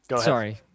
sorry